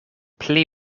pli